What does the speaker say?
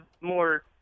more